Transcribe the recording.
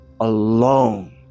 alone